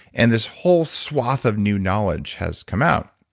and this whole swath of new knowledge has come out.